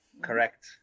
Correct